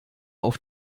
auf